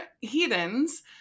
heathens